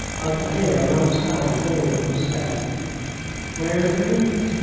i could hear and understand all that was said where is the meet?